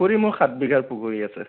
পুখুৰী মোৰ সাত বিঘাৰ পুখুৰী আছে